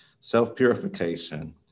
self-purification